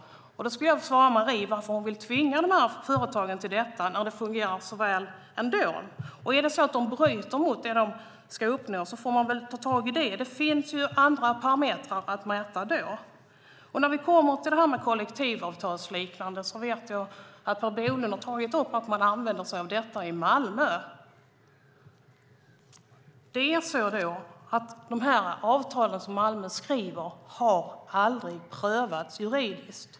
Varför vill du tvinga dem till det, Marie, när det fungerar så väl ändå? Bryter företagen mot det de ska uppnå får man ta tag i det. Det finns andra parametrar att mäta då. När det gäller kollektivavtalsliknande villkor har Per Bolund tagit upp att man använder sig av detta i Malmö. Men de avtal som Malmö skriver har aldrig prövats juridiskt.